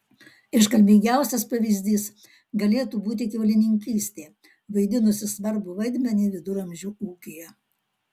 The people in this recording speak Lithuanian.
iškalbingiausias pavyzdys galėtų būti kiaulininkystė vaidinusi svarbų vaidmenį viduramžių ūkyje